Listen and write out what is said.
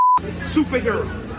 superhero